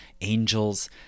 angels